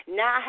now